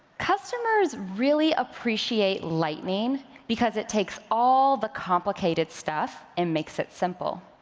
customers really appreciate lightning because it takes all the complicated stuff and makes it simple.